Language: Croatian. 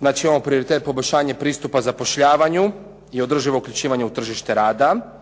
Znači imamo prioritet poboljšanja pristupa zapošljavanju i održivog uključivanja u tržište rada